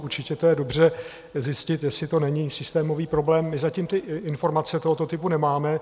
Určitě to je dobře zjistit, jestli to není systémový problém, my zatím ty informace tohoto typu nemáme.